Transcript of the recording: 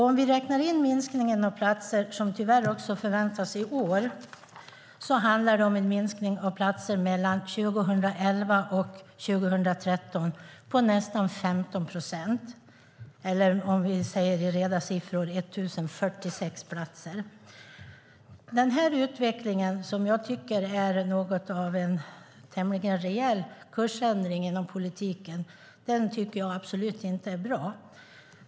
Om vi räknar in minskningen av platser som tyvärr förväntas i år handlar det om en minskning av platser 2011-2013 på nästan 15 procent eller i reda siffror 1 046 platser. Denna utveckling är en tämligen rejäl kursändring inom politiken som absolut inte är bra.